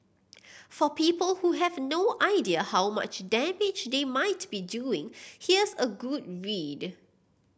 for people who have no idea how much damage they might be doing here's a good read